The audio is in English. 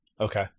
Okay